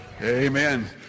Amen